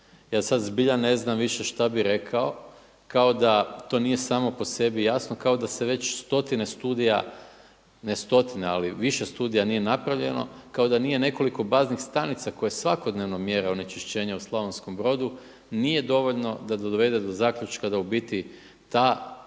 Ja sada zbilja ne znam više šta bih rekao, kao da to nije samo po sebi jasno, kao da se već stotine studija, ne stotine ali više studija nije napravljeno, kao da nije nekoliko baznih stanica koje svakodnevno mjere onečišćenje u Slavonskom Brodu nije dovoljno da dovede do zaključka da u biti ta